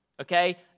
Okay